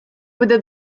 буде